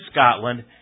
Scotland